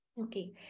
Okay